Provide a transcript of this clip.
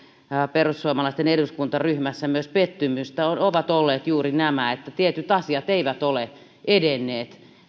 perussuomalaisten eduskuntaryhmässä myös pettymystä ovat olleet juuri näitä että tietyt asiat eivät ole edenneet